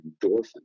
endorphin